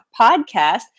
Podcast